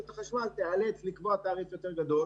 החשמל תיאלץ בסוף לקבוע מחיר יותר גדול.